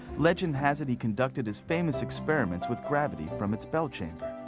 legend has it he conducted his famous experiments with gravity from its bell chamber.